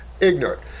ignorant